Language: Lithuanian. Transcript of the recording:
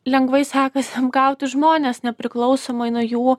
lengvai sekas apgauti žmones nepriklausomai nuo jų